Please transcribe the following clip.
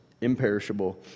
imperishable